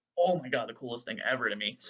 oh my god, the coolest thing ever to me.